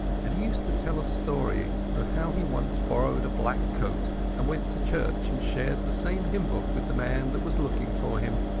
and he used to tell a story of how he once borrowed a black coat and went to church and shared the same hymn-book with the man that was looking for him.